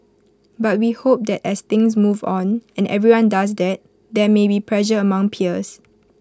but we hope that as things move on and everyone does that there may be pressure among peers